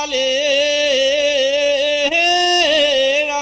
a